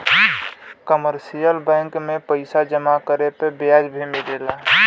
commercial bank में पइसा जमा करे पे ब्याज भी मिलला